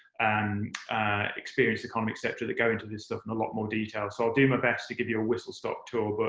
and experienced economy, et cetera, that go into this stuff in a lot more detail. so i'll do my best to give you a whistlestop tour, but